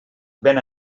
ven